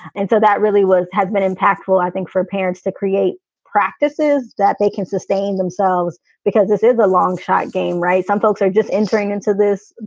and so that really was has been impactful, i think, for parents to create practices that they can sustain themselves because this is a long shot. game. right. some folks are just entering into this.